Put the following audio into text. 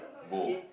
go